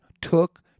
took